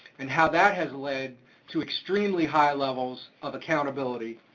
and how that has led to extremely high levels of accountability.